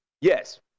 yes